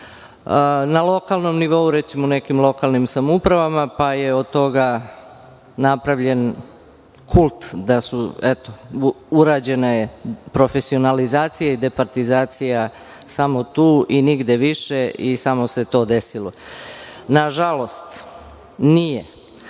na lokalnom nivou, recimo, u nekim lokalnim samoupravama. Od toga je napravljen kult da su urađene profesionalizacije i departizacija samo tu i nigde više, i samo se to desilo. Nažalost, nije.